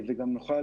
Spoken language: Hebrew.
וגם נוכל